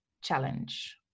challenge